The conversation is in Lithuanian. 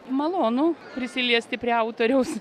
malonu prisiliesti prie autoriaus